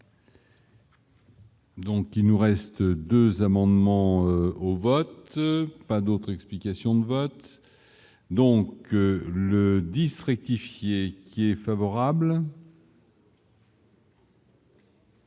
Donc il nous reste 2 amendements au vote pas d'autres explications de vote, donc le 10 rectifier qui est favorable.